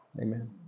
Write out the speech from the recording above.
Amen